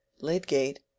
Lydgate